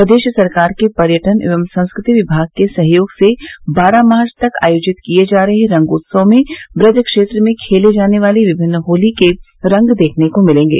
प्रदेश सरकार के पर्यटन एवं संस्कृति विभाग के सहयोग से बारह मार्च तक आयोजित किए जा रहे रंगोत्सव में ब्रज क्षेत्र में खेली जाने वाली विभिन्न होली के रंग देखने को मिलेंगे